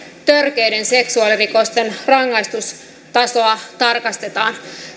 törkeiden seksuaalirikosten rangaistustasoa tarkastetaan